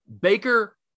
Baker